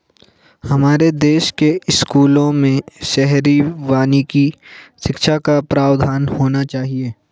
हमारे देश के स्कूलों में शहरी वानिकी शिक्षा का प्रावधान होना चाहिए